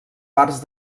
parts